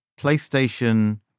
PlayStation